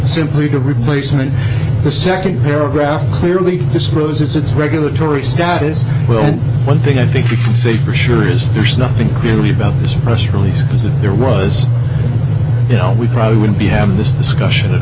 simply to replacement the second paragraph clearly discloses its regulatory status well one thing i think you say for sure is there's nothing clearly about this press release because if there was you know we probably wouldn't be having this discussion at